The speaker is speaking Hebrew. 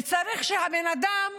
צריך שהבן אדם